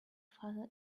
father